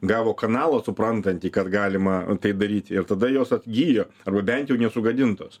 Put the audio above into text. gavo kanalo suprantantį kad galima tai daryti ir tada jos atgijo arba bent jau nesugadintos